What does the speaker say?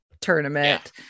tournament